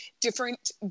Different